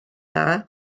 dda